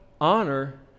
honor